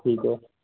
ٹھیک ہے